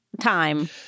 time